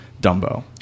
Dumbo